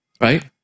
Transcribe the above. Right